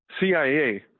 CIA